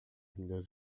melhores